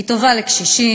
היא טובה לקשישים,